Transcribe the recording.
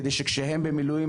כדי שכשהם במילואים,